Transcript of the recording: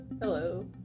Hello